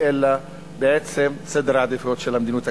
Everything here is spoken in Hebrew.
אלא בעצם סדר העדיפויות של המדיניות הכלכלית.